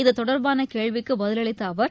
இதுதொடர்பான கேள்விக்கு பதிலளித்த அவர்